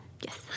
Yes